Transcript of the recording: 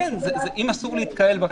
אם אסור להתקהל ברחוב,